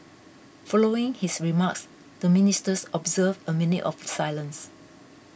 following his remarks the Ministers observed a minute of silence